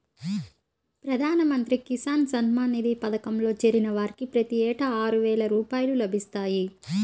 ప్రధాన మంత్రి కిసాన్ సమ్మాన్ నిధి పథకంలో చేరిన వారికి ప్రతి ఏటా ఆరువేల రూపాయలు లభిస్తాయి